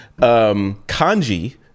Kanji